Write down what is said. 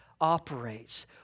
operates